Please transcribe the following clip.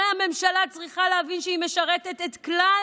הרי הממשלה צריכה להבין שהיא משרתת את כלל